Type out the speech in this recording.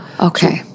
Okay